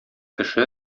кеше